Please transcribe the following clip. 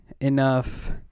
enough